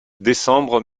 décembre